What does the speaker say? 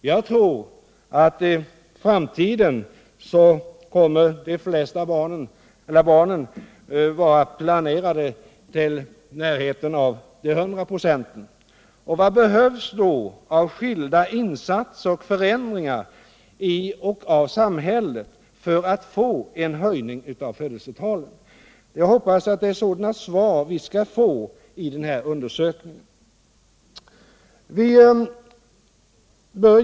Jag tror att de flesta barn i framtiden kommer att vara planerade till närmare 100 96. Vilka skilda insatser i och förändringar av samhället behövs då för att få en höjning av födelsetalen? Jag hoppas att vi genom denna undersökning skall få svar på den frågan.